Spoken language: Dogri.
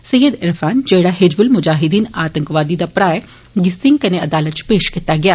सेयद इरफान जेडा हिजब्ल म्जाहिद्वीन आंतकवादी दा भ्रा ऐ गी सिंह कन्नै अदालत इच पेश कीता गेआ